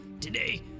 today